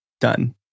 done